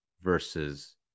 versus